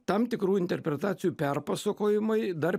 tam tikrų interpretacijų perpasakojimai dar